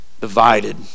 Divided